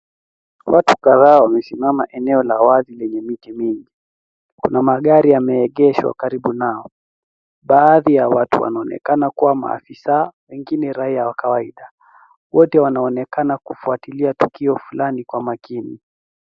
Watu kadhaa wamesimama eneo la wazi lenye miti mingi. Kuna magari yameegeshwa karibu nao. Baadhi ya watu wanaonekana kua maafisa wengine raia wa kawaida. Wote wanaonekana kufuatilia tukio fulani kwa makini.